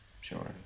Sure